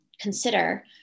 consider